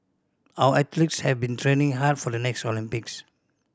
our athletes have been training hard for the next Olympics